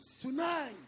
Tonight